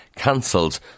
cancelled